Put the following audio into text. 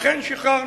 אכן שחררנו.